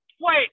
Wait